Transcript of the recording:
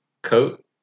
Coat